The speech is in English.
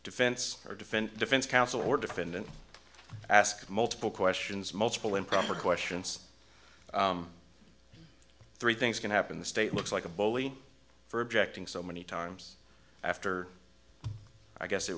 defense or defend defense counsel or defendant ask multiple questions multiple improper questions three things can happen the state looks like a bully for objecting so many times after i guess it